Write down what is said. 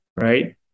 right